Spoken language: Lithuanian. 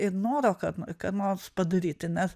ir noro ką ką nors padaryti nes